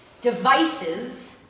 Devices